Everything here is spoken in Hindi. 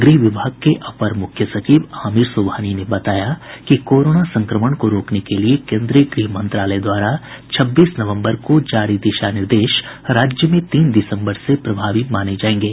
गृह विभाग के अपर मुख्य सचिव आमिर सुबहानी ने बताया कि कोरोना संक्रमण को रोकने के लिये केंद्रीय गृह मंत्रालय द्वारा छब्बीस नवंबर को जारी दिशा निर्देश राज्य में तीन दिसंबर से प्रभावी माने जायेंगे